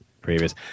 previous